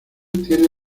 tiene